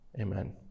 Amen